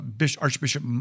Archbishop